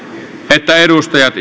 että edustajat